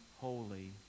holy